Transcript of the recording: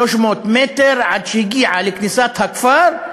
300 מטר עד שהגיעה לכניסה לכפר,